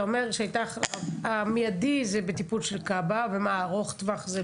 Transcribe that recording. אתה אומר שהמיידי זה בטיפול של כב"ה, והארוך טווח?